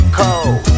cold